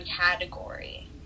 category